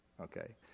okay